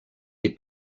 des